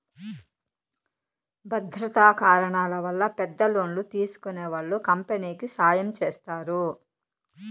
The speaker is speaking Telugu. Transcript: భద్రతా కారణాల వల్ల పెద్ద లోన్లు తీసుకునే వాళ్ళు కంపెనీకి సాయం చేస్తారు